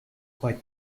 quite